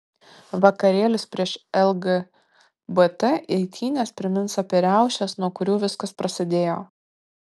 vakarėlis prieš lgbt eitynes primins apie riaušes nuo kurių viskas prasidėjo